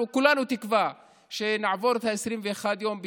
אנחנו כולנו תקווה שנעבור את 21 הימים בשלום,